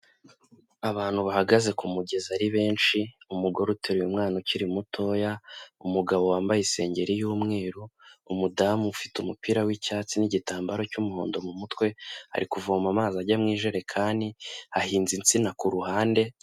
Abantu bahagaze ku mugezi ari benshi, umugore uteruye umwana ukiri mutoya , umugabo wambaye isengeri y'umweru, umudamu ufite umupira w'icyatsi n'igitambaro cy'umuhondo mu mutwe, ari kuvoma amazi ajya mu ijerekani, ahinze insina ku ruhande.